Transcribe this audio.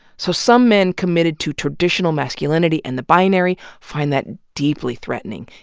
so some men committed to traditional masculinity and the binary, find that deeply threatening.